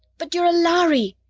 but you're a lhari!